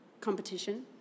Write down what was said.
competition